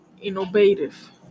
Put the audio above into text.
innovative